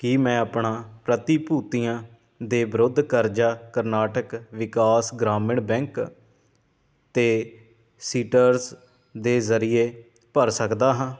ਕੀ ਮੈਂ ਆਪਣਾ ਪ੍ਰਤੀਭੂਤੀਆਂ ਦੇ ਵਿਰੁੱਧ ਕਰਜ਼ਾ ਕਰਨਾਟਕ ਵਿਕਾਸ ਗ੍ਰਾਮੀਣ ਬੈਂਕ ਅਤੇ ਸੀਟਰਸ ਦੇ ਜ਼ਰੀਏ ਭਰ ਸਕਦਾ ਹਾਂ